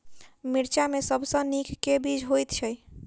मिर्चा मे सबसँ नीक केँ बीज होइत छै?